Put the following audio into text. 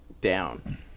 Down